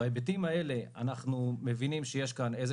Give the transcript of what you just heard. בהיבטים האלה אנחנו מבינים שיש כאן איזה